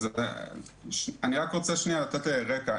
אני רוצה לתת רקע,